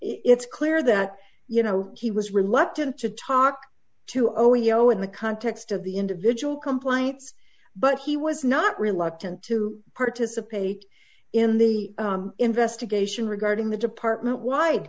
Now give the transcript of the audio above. it's clear that you know he was reluctant to talk to ojo in the context of the individual compliance but he was not reluctant to participate in the investigation regarding the department wide